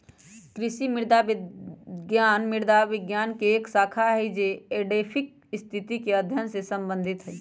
कृषि मृदा विज्ञान मृदा विज्ञान के एक शाखा हई जो एडैफिक स्थिति के अध्ययन से संबंधित हई